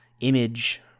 Image